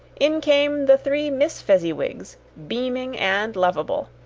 in came the three miss fezziwigs, beaming and lovable.